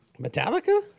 Metallica